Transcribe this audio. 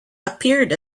appeared